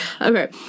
Okay